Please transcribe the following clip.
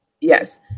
Yes